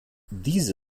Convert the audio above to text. diese